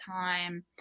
time